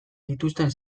dituzten